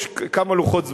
יש כמה לוחות זמנים.